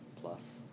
plus